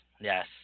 yes